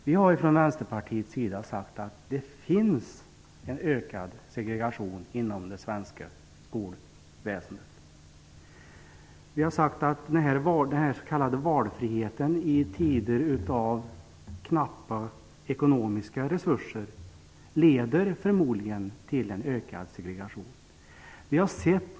Vi i Vänsterpartiet har sagt att det finns en ökad segregation inom det svenska skolväsendet. I tider av knappa ekonomiska resurser leder denna valfrihet förmodligen till en ökad segregering.